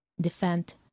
defend